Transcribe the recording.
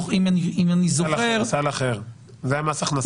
זה סל אחר מס הכנסה.